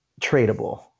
tradable